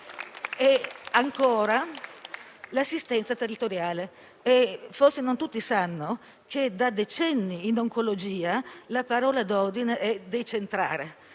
dell'assistenza territoriale. Forse non tutti sanno che da decenni in oncologia la parola d'ordine è «decentrare»,